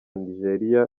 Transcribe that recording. nigeria